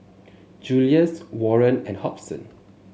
Julius Warren and Hobson